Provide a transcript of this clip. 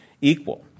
equal